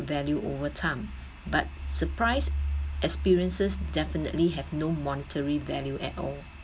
value over time but surprise experiences definitely have no monetary value at all